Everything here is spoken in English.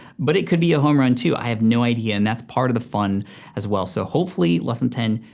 but it could be a home run too, i have no idea, and that's part of the fun as well. so hopefully, lesson ten,